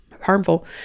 harmful